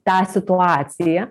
tą situaciją